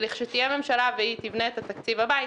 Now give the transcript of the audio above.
--- כשתהיה ממשלה והיא תבנה את התקציב הבא,